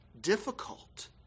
difficult